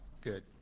Good